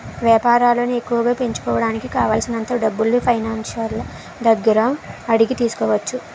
వేపారాలను ఎక్కువగా పెంచుకోడానికి కావాలిసినంత డబ్బుల్ని ఫైనాన్సర్ల దగ్గర అడిగి తీసుకోవచ్చు